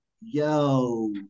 yo